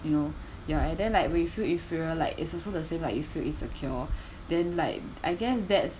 you know ya and then like we feel inferior like it's also the same like you feel insecure then like I guess that's